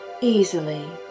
easily